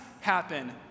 happen